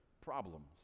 problems